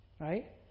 right